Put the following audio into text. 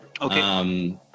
Okay